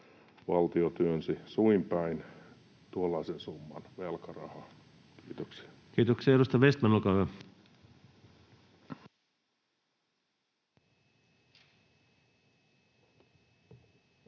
valtio, työnsi suin päin tuollaisen summan velkarahaa. — Kiitoksia. Kiitoksia. — Edustaja Vestman, olkaa hyvä.